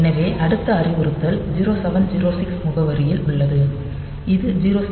எனவே அடுத்த அறிவுறுத்தல் 0706 முகவரியில் உள்ளது இது 0706